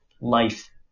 life